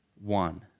one